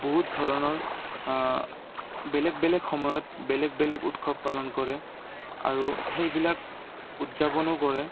বহুত ধৰণৰ বেলেগ বেলেগ সময়ত বেলেগ বেলেগ উৎসৱ পালন কৰে আৰু সেইবিলাক উদযাপনো কৰে